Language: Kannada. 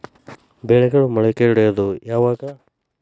ಬೆಳೆಗಳು ಮೊಳಕೆ ಒಡಿಯೋದ್ ಯಾವಾಗ್?